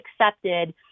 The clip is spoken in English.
accepted